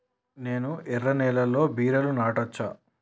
నేను ఎర్ర నేలలో బీరలు నాటచ్చా?